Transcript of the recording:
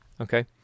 okay